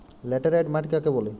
Laterite মাটি কাকে বলে?